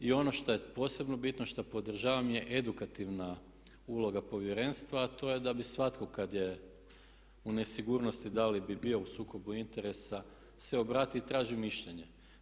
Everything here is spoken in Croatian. I ono što je posebno bitno, što podržavam, je edukativna uloga Povjerenstva a to je da bi svatko kada je u nesigurnosti da li bi bio u sukobu interesa se obrati i traži mišljenje.